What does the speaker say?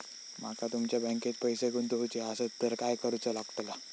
माका तुमच्या बँकेत पैसे गुंतवूचे आसत तर काय कारुचा लगतला?